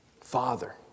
Father